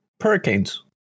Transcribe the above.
hurricanes